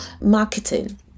marketing